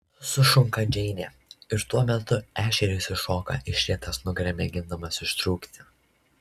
sušunka džeinė ir tuo metu ešerys iššoka išrietęs nugarą mėgindamas ištrūkti